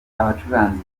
abacuranzi